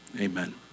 amen